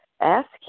Ask